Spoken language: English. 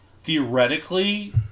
Theoretically